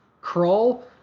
Crawl